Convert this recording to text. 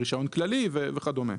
רישיון כללי וכדומה.